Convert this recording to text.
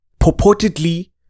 purportedly